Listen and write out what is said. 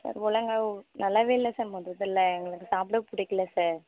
sir ஒழுங்காக நல்லாவே இல்லை சார் மொத்ததில்ல எங்களுக்கு சாப்பிட பிடிக்கில சார்